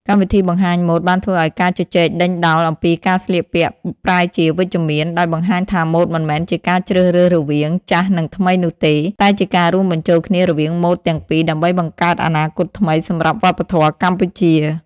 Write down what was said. កម្មវិធីបង្ហាញម៉ូដបានធ្វើឱ្យការជជែកដេញដោលអំពីការស្លៀកពាក់ប្រែជាវិជ្ជមាន ដោយបង្ហាញថាម៉ូដមិនមែនជាការជ្រើសរើសរវាង "ចាស់" និង "ថ្មី" នោះទេ តែជាការរួមបញ្ចូលគ្នារវាងម៉ូដទាំងពីរដើម្បីបង្កើតអនាគតថ្មីសម្រាប់វប្បធម៌កម្ពុជា។